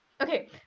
okay